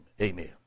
amen